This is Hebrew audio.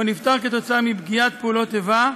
או שנפטר כתוצאה מפגיעת פעולת איבה,